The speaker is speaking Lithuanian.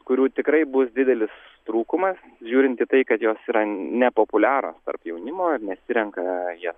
kurių tikrai bus didelis trūkumas žiūrint į tai kad jos yra nepopuliarios tarp jaunimo ir nesirenka jas